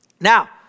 now